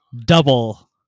double